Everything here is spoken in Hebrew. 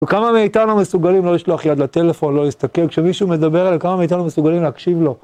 וכמה מאיתנו מסוגלים לא לשלוח יד לטלפון, לא להסתכל, כשמישהו מדבר על זה, כמה מאיתנו מסוגלים להקשיב לו?